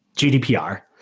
gdpr,